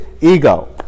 ego